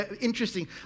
interesting